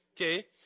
okay